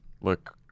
Look